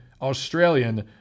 Australian